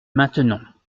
maintenons